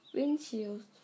Windshield